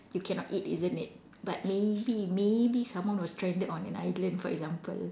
you cannot eat isn't it but maybe maybe someone was stranded on an island for example